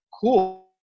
cool